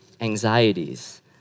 anxieties